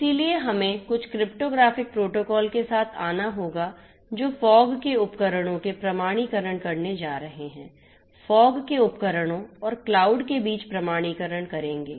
इसलिए हमें कुछ क्रिप्टोग्राफिक प्रोटोकॉल के साथ आना होगा जो फॉग के उपकरणों के प्रमाणीकरण करने जा रहे हैं और फॉग के उपकरणों और क्लाउड के बीच प्रमाणीकरण करेंगे